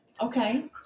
Okay